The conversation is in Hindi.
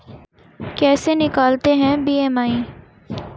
कैसे निकालते हैं बी.एम.आई?